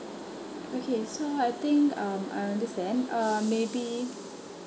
okay so I think um I understand um maybe